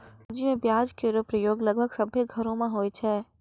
सब्जी में प्याज केरो प्रयोग लगभग सभ्भे घरो म होय छै